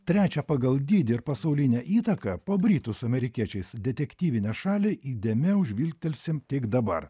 trečią pagal dydį ir pasaulinę įtaką po britų su amerikiečiais detektyvinę šalį įdėmiau žvilgtelsim tik dabar